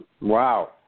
Wow